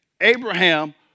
Abraham